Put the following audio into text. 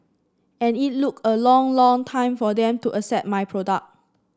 and it look a long long time for them to accept my product